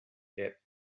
get